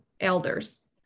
elders